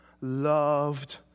loved